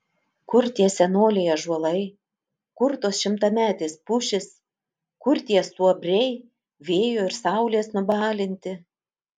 kur tie senoliai ąžuolai kur tos šimtametės pušys kur tie stuobriai vėjo ir saulės nubalinti